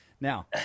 now